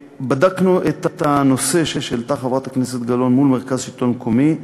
בדקנו את הנושא שהעלתה חברת הכנסת גלאון מול מרכז השלטון המקומי,